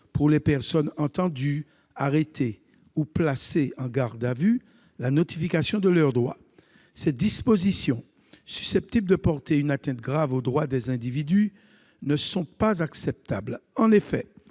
pour les personnes entendues, arrêtées ou placées en garde à vue, la notification de leurs droits. Cette disposition, susceptible de porter une atteinte grave aux droits des individus, n'est pas acceptable. En effet,